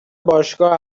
باشگاه